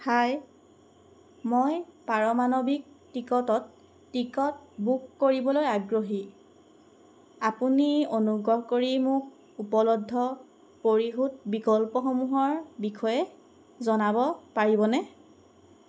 হাই মই পাৰমাণৱিক টিকটত টিকট বুক কৰিবলৈ আগ্ৰহী আপুনি অনুগ্ৰহ কৰি মোক উপলব্ধ পৰিশোধ বিকল্পসমূহৰ বিষয়ে জনাব পাৰিবনে